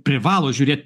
privalo žiūrėt